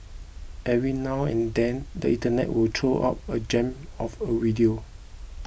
every now and then the internet will throw up a gem of a video